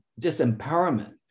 disempowerment